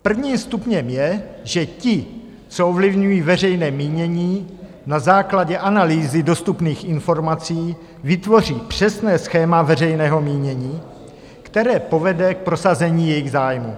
Prvním stupněm je, že ti, co ovlivňují veřejné mínění na základě analýzy dostupných informací, vytvoří přesné schéma veřejného mínění, které povede k prosazení jejich zájmů.